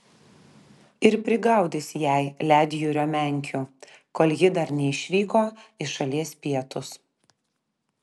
ir prigaudys jai ledjūrio menkių kol ji dar neišvyko į šalies pietus